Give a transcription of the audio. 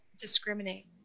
discriminate